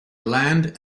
land